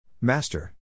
Master